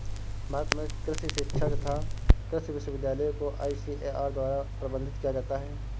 भारत में कृषि शिक्षा तथा कृषि विश्वविद्यालय को आईसीएआर द्वारा प्रबंधित किया जाता है